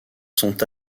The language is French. sont